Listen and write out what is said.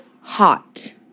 hot